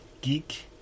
Geek